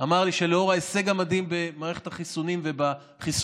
אמר לי שלאור ההישג המדהים במערכת החיסונים ובחיסונים